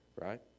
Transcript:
Right